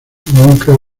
nunca